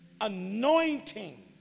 anointing